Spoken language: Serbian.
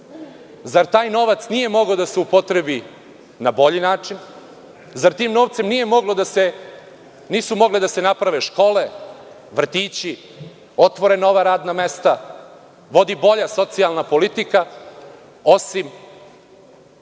Zar taj novac nije mogao da se upotrebi na bolji način? Zar tim novcem nisu mogle da se naprave škole, vrtići, otvore nova radna mesta, vodi bolja socijalna politika? Osim